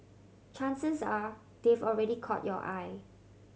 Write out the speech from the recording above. chances are they've already caught your eye